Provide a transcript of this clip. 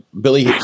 Billy